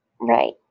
Right